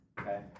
Okay